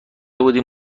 بودم